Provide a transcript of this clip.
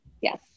yes